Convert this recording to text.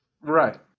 Right